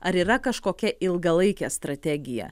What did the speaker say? ar yra kažkokia ilgalaikė strategija